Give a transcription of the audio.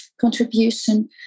contribution